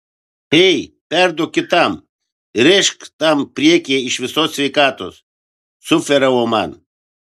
ei perduok kitam rėžk tam priekyje iš visos sveikatos sufleravo man